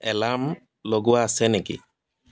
alarm লগোৱা আছে নেকি